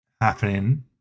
Happening